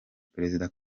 perezida